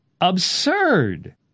absurd